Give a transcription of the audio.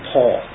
Paul